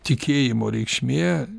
tikėjimo reikšmė